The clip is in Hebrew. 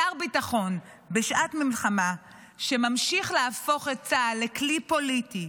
שר ביטחון שבשעת מלחמה ממשיך להפוך את צה"ל לכלי פוליטי,